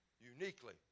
uniquely